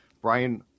Brian